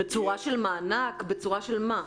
בצורה של מענק, בצורה של מה?